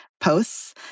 posts